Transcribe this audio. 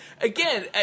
Again